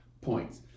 points